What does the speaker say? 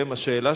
הקורבן,